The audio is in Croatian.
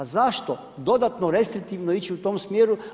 Za zašto dodatno restriktivno ići u tom smjeru?